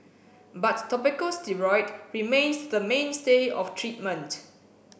but topical steroid remains the mainstay of treatment